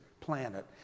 planet